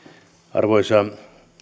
arvoisa